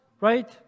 right